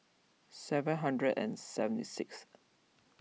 seven hundred and seventy sixth